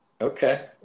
Okay